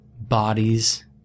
Bodies